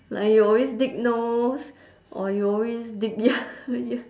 like you always dig nose or you always dig ear ear